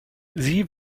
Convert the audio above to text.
sie